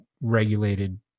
regulated